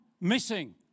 missing